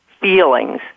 feelings